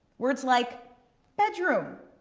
words like bedroom,